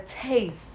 taste